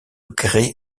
grès